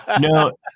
No